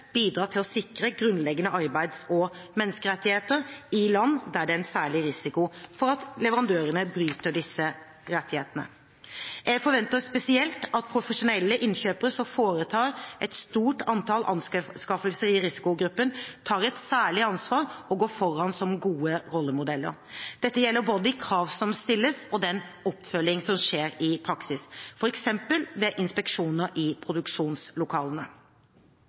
til å sikre grunnleggende arbeids- og menneskerettigheter i land der det er en særlig risiko for at leverandøren bryter disse rettighetene. Jeg forventer spesielt at profesjonelle innkjøpere som foretar et stort antall anskaffelser i risikogruppen, tar et særlig ansvar og går foran som gode rollemodeller. Dette gjelder både de krav som stilles, og den oppfølging som skjer i praksis, f.eks. ved inspeksjoner i produksjonslokalene.